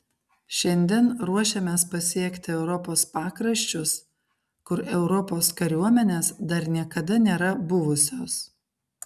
šiandien ruošėmės pasiekti europos pakraščius kur europos kariuomenės dar niekada nėra buvusios